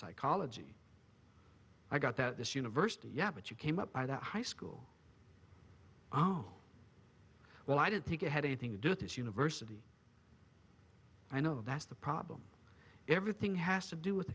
psychology i got that this university yeah but you came up by that high school oh well i didn't think it had anything to do with this university i know that's the problem everything has to do with